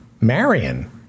Marion